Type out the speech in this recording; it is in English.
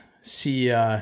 see –